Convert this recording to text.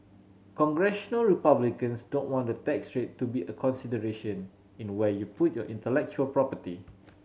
Congressional Republicans don't want the tax rate to be a consideration in where you put your intellectual property